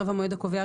ערב המועד הקובע,